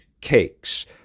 cakes